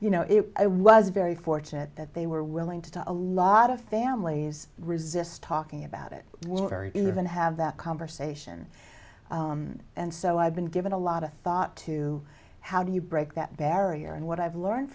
you know if i was very fortunate that they were willing to take a lot of families resist talking about it we're very even have that conversation and so i've been given a lot of thought to how do you break that barrier and what i've learned